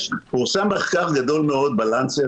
פורסם מחקר גדול מאוד בלנסט,